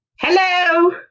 hello